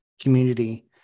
community